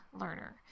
learner